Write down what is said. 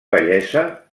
bellesa